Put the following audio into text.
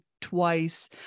twice